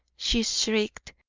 she shrieked.